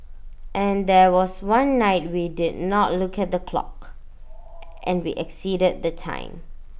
and there was one night we did not look at the clock and we exceeded the time